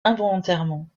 involontairement